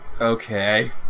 okay